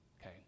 okay